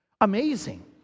Amazing